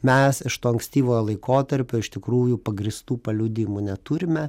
mes iš to ankstyvojo laikotarpio iš tikrųjų pagrįstų paliudijimų neturime